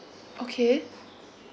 okay